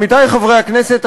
עמיתי חברי הכנסת,